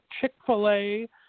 Chick-fil-A